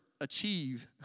achieve